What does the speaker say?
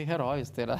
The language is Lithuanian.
herojus tai yra